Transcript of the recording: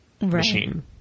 machine